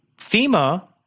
FEMA